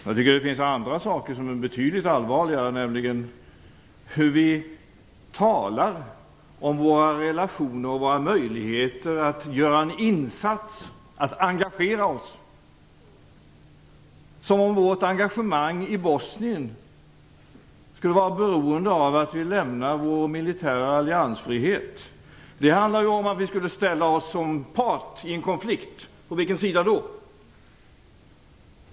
Jag tycker att det finns andra saker som är betydligt allvarligare, nämligen hur vi talar om våra relationer och våra möjligheter att göra en insats, att engagera oss, som om vårt engagemang i Bosnien skulle vara beroende av att vi lämnar vår militära alliansfrihet. Det handlar ju om att vi skulle ställa oss som part i en konflikt - på vilken sida då?